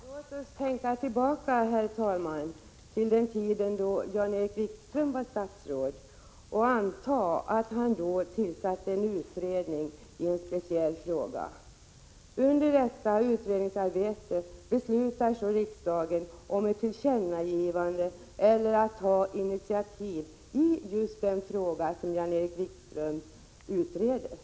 Herr talman! Låt oss tänka tillbaka till den tid då Jan-Erik Wikström var 26 november 1986 statsråd och anta att han då tillsatte en utredning i en speciell fråga. Under — Tma.bu.llon fån, detta utredningsarbete beslutar riksdagen att göra ett tillkännagivande eller att ta ett initiativ i just den frågan som Jan-Erik Wikström utreder.